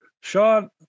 Sean